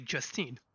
Justine